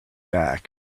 back